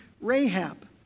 Rahab